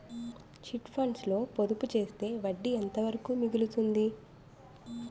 Chit funds లో పొదుపు చేస్తే వడ్డీ ఎంత వరకు మిగులుతుంది?